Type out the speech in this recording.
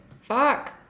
fuck